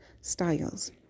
styles